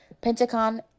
Pentagon